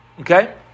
okay